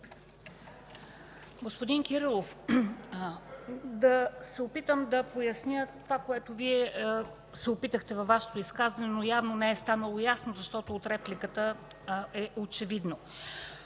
Господин Кирилов, ще се опитам да поясня това, което Вие се опитахте във Вашето изказване, но явно не е станало ясно, защото от репликата е очевидно.